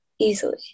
easily